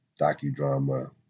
docudrama